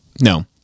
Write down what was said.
No